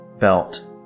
belt